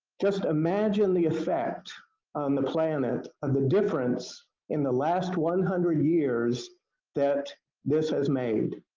just imagine the effect on the planet and the difference in the last one hundred years that this has made.